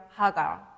Hagar